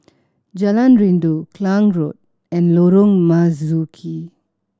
Jalan Rindu Klang Road and Lorong Marzuki